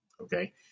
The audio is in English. okay